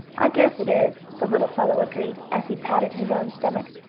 i guess it is, the little fellow agreed, as he patted his own stomach.